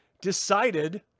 decided